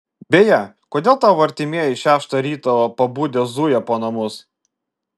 beje kodėl tavo artimieji šeštą ryto pabudę zuja po namus